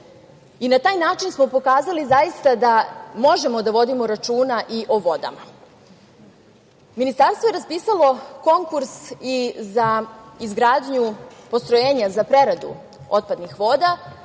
i na taj način smo pokazali, zaista da možemo da vodimo računa i o vodama. Ministarstvo je raspisalo konkurs i za izgradnju postrojenja za preradu otpadnih voda,